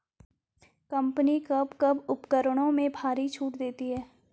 Company कब कब उपकरणों में भारी छूट देती हैं?